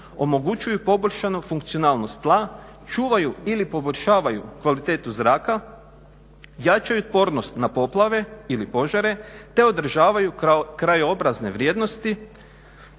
omogućuju poboljšanu funkcionalnost tla, čuvaju ili poboljšavaju kvalitetu zraka, jačaju otpornost na poplave ili požare te održavaju krajobrazne vrijednosti,